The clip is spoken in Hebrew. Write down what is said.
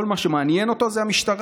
כל מה שמעניין אותו זה המשטרה.